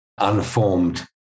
unformed